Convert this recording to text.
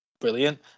Brilliant